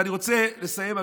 ואני רוצה לסיים,